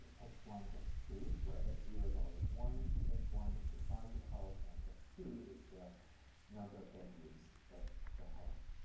x one, x two, where x zero is always one, x one is the size of the house, and x two is the number of bedrooms of the house,